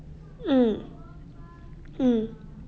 mm mm